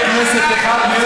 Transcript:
אני מקבל, איזה עיתון?